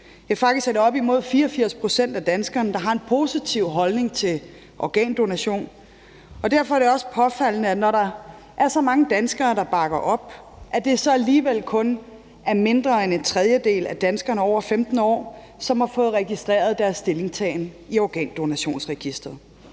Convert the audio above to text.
det er faktisk helt op mod 84 pct. af danskerne, der har en positiv holdning til organdonation – men at det så alligevel kun er mindre end en tredjedel af danskerne over 15 år, som har fået registreret deres stillingtagen i Organdonorregisteret.